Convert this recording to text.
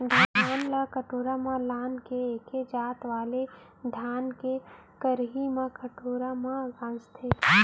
धान ल कोठार म लान के एके जात वाले धान के खरही ह कोठार म गंजाथे